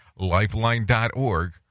lifeline.org